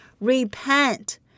Repent